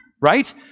Right